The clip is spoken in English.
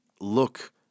look